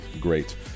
great